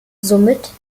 somit